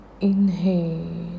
inhale